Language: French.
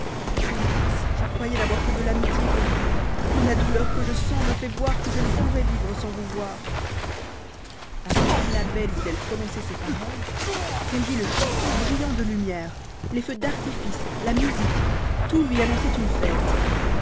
hélas je croyais n'avoir que de l'amitié pour vous mais la douleur que je sens me fait voir que je ne pourrais vivre sans vous voir à peine la belle eut-elle prononcé ces paroles qu'elle vit le château brillant de lumière les feux d'artifices la musique tout lui annonçait une fête